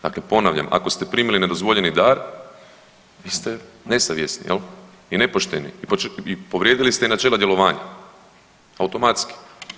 Dakle ponavljam, ako ste primili nedozvoljeni dar vi ste nesavjesni jel, i nepošteni i povrijedili ste načela djelovanja, automatski.